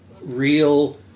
real